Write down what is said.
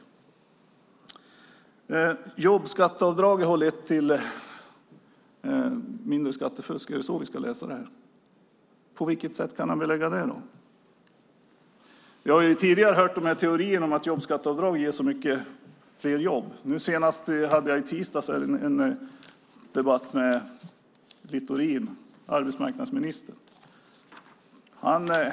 Jobbskatteavdraget har lett till mindre skattefusk. Är det så vi ska läsa svaret? På vilket sätt kan finansministern belägga det? Vi har ju tidigare hört teorin om att jobbskatteavdraget ger så många fler jobb. I tisdags hade jag en debatt med Littorin, arbetsmarknadsministern.